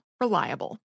Reliable